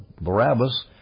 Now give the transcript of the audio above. Barabbas